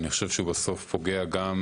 אני חושב שהוא בסוף פוגע גם